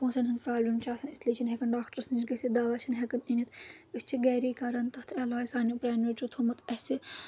پونٛسَن ہٕنٛز پرابلِم چھِ آسان اس لیے چھِنہٕ ہیٚکان ڈاکٹرس نِش گٔژھِتھ دوا چھِنہٕ ہیٚکان أنِتھ أسۍ چھِ گرے کران تَتھ علاج سانیٚو پرٛانیٚو چھُ تھوٚمُت اَسہِ